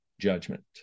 judgment